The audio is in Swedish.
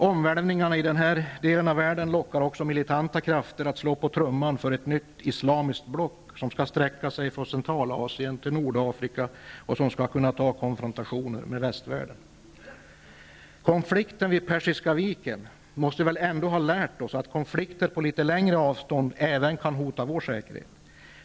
Omvälvningarna i den här delen av världen lockar också militanta krafter att slå på trumman för ett nytt islamiskt block, som skall sträcka sig från Centralasien till Nordafrika, och som skall kunna ta konfrontationer med västvärlden. Konflikten vid Persiska viken måste väl ändå ha lärt oss att konflikter på litet längre avstånd även kan hota vår säkerhet.